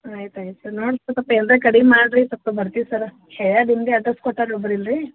ಆಯ್ತು ಆಯ್ತು ಸರ್ ನೋಡ್ರಿ ಸ್ವಲ್ಪ ಏನಾರು ಕಡಿಮೆ ಮಾಡ್ರಿ ಸ್ವಲ್ಪ ಬರ್ತೀವಿ ಸರ ಹೇಳಿದೆ ನಿಮ್ದೇ ಅಡ್ರೆಸ್ ಕೊಟ್ಟಾರೆ ಒಬ್ರು ಇಲ್ಲಿ ರಿ